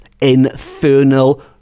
infernal